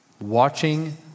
watching